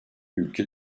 ülke